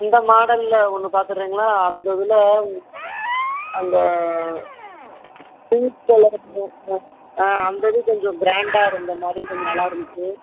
அந்த மாடலில் ஒன்று பார்த்துறீங்களா அந்த இதில் அந்த பிங்க் கலர் அந்த இது கொஞ்சம் க்ராண்டாக இருந்த மாரி கொஞ்ச நல்லா இருந்துச்சு